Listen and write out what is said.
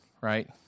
right